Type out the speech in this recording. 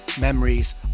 Memories